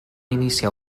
iniciar